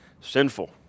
Sinful